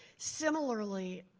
similarly,